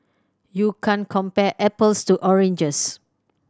you can't compare apples to oranges